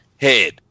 head